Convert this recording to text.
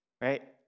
right